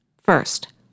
First